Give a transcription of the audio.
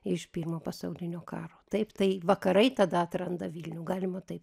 iš pirmo pasaulinio karo taip tai vakarai tada atranda vilnių galima taip